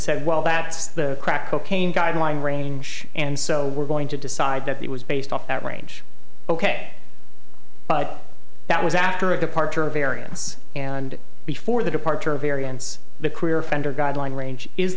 said well that's the crack cocaine guideline range and so we're going to decide that it was based off that range ok but that was after a departure variance and before the departure of variance the career offender guideline range is